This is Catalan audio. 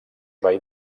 veí